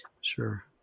Sure